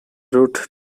route